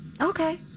Okay